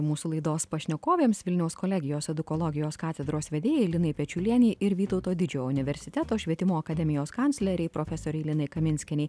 mūsų laidos pašnekovėms vilniaus kolegijos edukologijos katedros vedėjai linai pečiulienei ir vytauto didžiojo universiteto švietimo akademijos kanclerei profesorei elenai kaminskienei